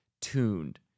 tuned